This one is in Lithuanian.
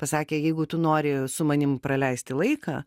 pasakė jeigu tu nori su manim praleisti laiką